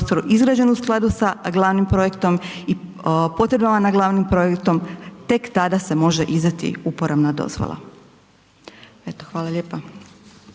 Hvala.